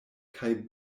kaj